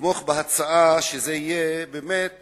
לתמוך בהצעה שזה יהיה באמת